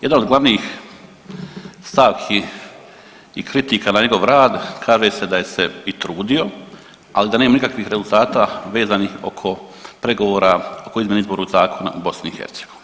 Jedna od glavnih stavki i kritika na njegov rad, kaže se da je se i trudio, ali da nema nikakvih rezultata vezanih oko pregovora oko izmjene Izbornog zakona u BiH.